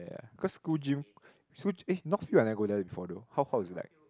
ya cause school gym school eh North Hill I never go there before though how how is it like